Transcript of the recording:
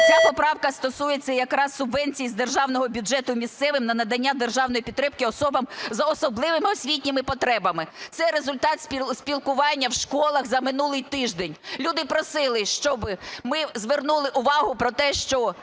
ця поправка стосується якраз субвенції з державного бюджету місцевим на надання державної підтримки особам за особливими освітніми потребами. Це результат спілкування в школах за минулий тиждень. Люди просили, щоб ми звернули увагу на те, що